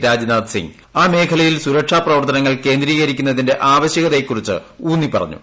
രാജ്നാഥ് സിങ് അ മേഖലയിൽ സുരക്ഷാ പ്രവർത്തനങ്ങൾ കേന്ദ്രീകരിക്കുന്നതിന്റെ ആവശ്യകതയെക്കുറിച്ച് ഊന്നിപ്പറഞ്ഞു